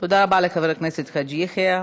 תודה רבה לחבר הכנסת חאג' יחיא.